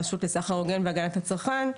הרשות לסחר הוגן והגנת הצרכן.